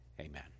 Amen